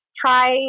try